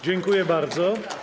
Dziękuję bardzo.